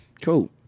Cool